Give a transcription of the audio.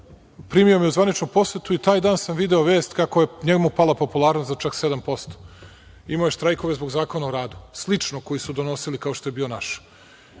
primio me je u zvaničnu posetu i taj dan sam video vest kako je njemu pala popularnost za čak 7%. Imao je štrajkove zbog Zakona o radu, sličnog koji su donosili kao što je bio naš.